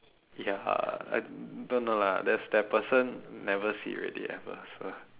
ya I don't know lah that's that person never see already never so